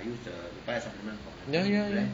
ya ya ya